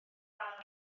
ail